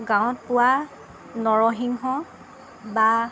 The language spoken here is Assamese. গাঁৱত পোৱা নৰসিংহ বা